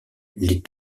les